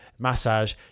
massage